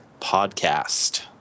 podcast